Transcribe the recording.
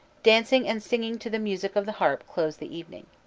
dancing and singing to the music of the harp close the evening.